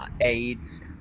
AIDS